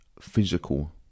physical